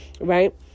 Right